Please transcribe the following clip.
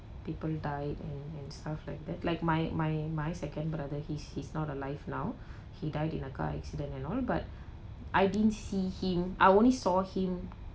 people died and and stuff like that like my my my second brother he's he's not alive now he died in a car accident and all but I didn't see him I only saw him